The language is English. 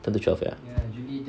ten to twelve ya